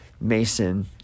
Mason